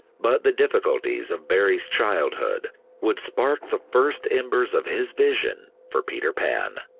but the difficulties of barrie's childhood would spark the first embers of his vision for peter pan.